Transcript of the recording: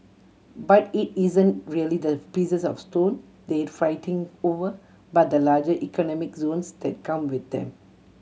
but it isn't really the pieces of stone they fighting over but the larger economic zones that come with them